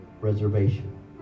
reservation